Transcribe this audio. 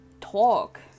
talk